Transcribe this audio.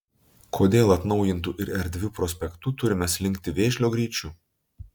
kodėl atnaujintu ir erdviu prospektu turime slinkti vėžlio greičiu